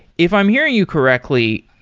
if i'm hearing you correctly,